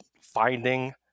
finding